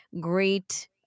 great